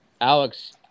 Alex